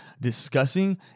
discussing